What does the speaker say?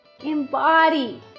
embody